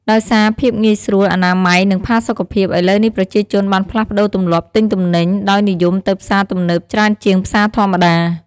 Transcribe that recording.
ដោយសារភាពងាយស្រួល អនាម័យ និងផាសុកភាព ឥឡូវនេះប្រជាជនបានផ្លាស់ប្តូរទម្លាប់ទិញទំនិញ ដោយនិយមទៅផ្សារទំនើបច្រើនជាងផ្សារធម្មតា។